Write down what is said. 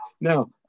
Now